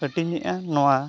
ᱦᱟᱴᱤᱧᱮᱜᱼᱟ ᱱᱚᱣᱟ